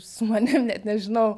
su manim net nežinau